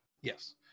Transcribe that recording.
Yes